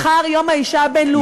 מחר יום האישה הבין-לאומי,